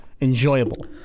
enjoyable